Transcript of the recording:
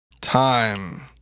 Time